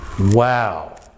Wow